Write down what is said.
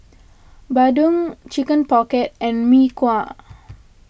Bandung Chicken Pocket and Mee Kuah